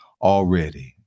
already